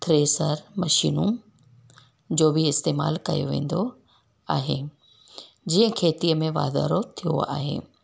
thresher मशीनू जो बि इस्तेमालु कयो वेंदो आहे जीअं खेतीअ में वधारो थियो आहे